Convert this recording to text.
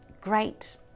Great